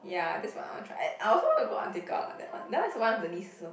ya that's what I want to try I also want to go Antartica like that one that one is one of the list also